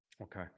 Okay